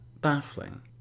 baffling